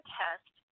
test